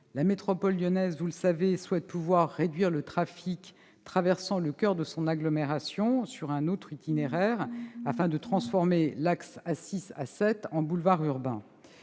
la métropole lyonnaise souhaite pouvoir réduire le trafic traversant le coeur de son agglomération et le déplacer sur un autre itinéraire, afin de transformer l'axe A 6-A 7 en boulevard urbain.